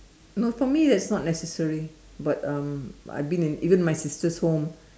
no for me it's not necessary but um I been in even my sister's home